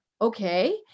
okay